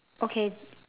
okay